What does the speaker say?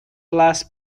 less